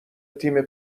تیم